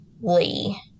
Lee